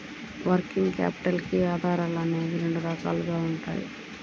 working capital కి ఆధారాలు అనేవి రెండు రకాలుగా ఉంటాయి